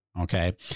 okay